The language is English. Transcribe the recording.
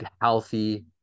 healthy